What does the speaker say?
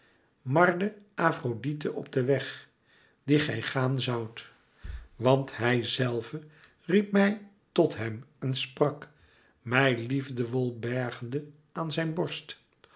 marde afrodite op den weg dien gij gaan zoudt want hijzelve riep mij tot hem en sprak mij liefdevol bergende aan zijn borst